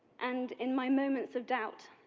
and in my moments of doubt,